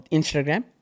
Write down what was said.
Instagram